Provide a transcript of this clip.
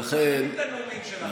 אנחנו מכינים את הנאומים שלנו.